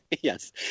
Yes